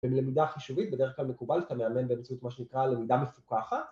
‫בלמידה חישובית, בדרך כלל מקובל, ‫שאתה מאמן באמצעות מה שנקרא למידה מפוקחת.